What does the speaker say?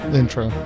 intro